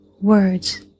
words